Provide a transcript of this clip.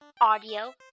audio